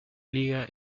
liga